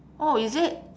orh is it